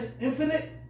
infinite